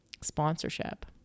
sponsorship